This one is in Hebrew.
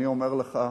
אני אומר לך,